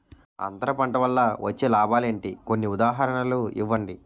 అంతర పంట వల్ల వచ్చే లాభాలు ఏంటి? కొన్ని ఉదాహరణలు ఇవ్వండి?